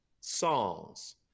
Songs